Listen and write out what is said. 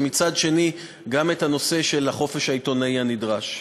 ומצד שני גם את הנושא של החופש העיתונאי הנדרש.